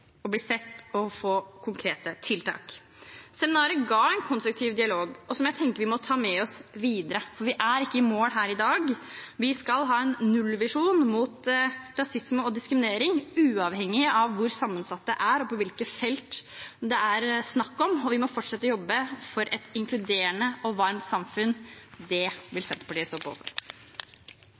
å bli møtt med varme hender, bli sett og få konkrete tiltak. Seminaret ga en konstruktiv dialog som vi må ta med oss videre, for vi er ikke i mål her i dag. Vi skal ha en nullvisjon for rasisme og diskriminering, uavhengig av hvor sammensatt det er, og på hvilke felt det er snakk om. Vi må fortsette å jobbe for et inkluderende og varmt samfunn. Det vil Senterpartiet stå på